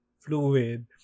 fluid